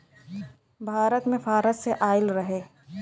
भारत मे फारस से आइल रहे